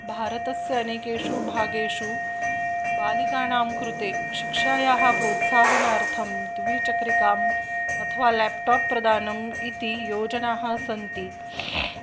भारतस्य अनेकेषु भागेषु बालिकानां कृते शिक्षायाः प्रोत्साहनार्थं द्वीचक्रिकाम् अथवा लेप्टाप् प्रदानम् इति योजनाः सन्ति